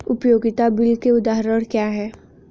उपयोगिता बिलों के उदाहरण क्या हैं?